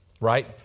Right